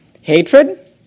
Hatred